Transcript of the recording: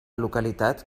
localitat